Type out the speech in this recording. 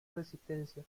resistencia